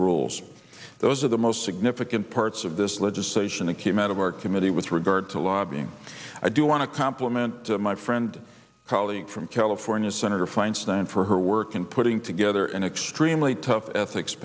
rules those are the most significant parts of this legislation that came out of our committee with regard to lobbying i do want to compliment my friend colleague from california senator feinstein for her work in putting together an extremely tough ethics